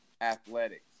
athletics